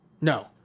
No